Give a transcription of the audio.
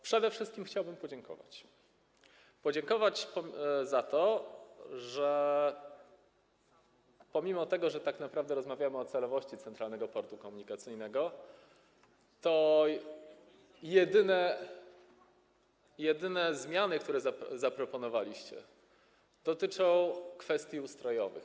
Przede wszystkim chciałbym podziękować za to, że pomimo tego, że tak naprawdę rozmawiamy o celowości Centralnego Portu Komunikacyjnego, to jedyne zmiany, które zaproponowaliście, dotyczą kwestii ustrojowych.